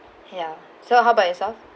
ya so how about yourself